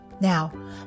Now